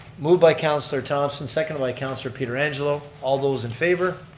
moved by counselor thompson, second by counselor pietrangelo. all those in favor.